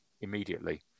immediately